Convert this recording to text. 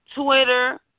Twitter